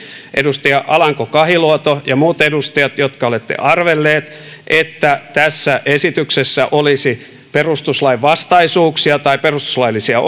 edustaja alanko kahiluoto ja muut edustajat jotka olette arvelleet että tässä esityksessä olisi perustuslainvastaisuuksia tai perustuslaillisia